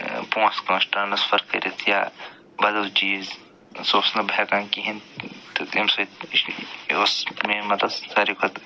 پونٛسہٕ کٲنٛسہِ ٹرانسفر کٔرِتھ یا بدل چیٖز سُہ اوس نہٕ بہٕ ہٮ۪کان کِہیٖنۍ تہٕ تمہِ سۭتۍ یہِ اوس مین مطلب ساروٕے کھۄتہٕ